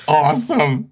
awesome